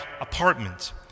apartment